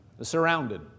surrounded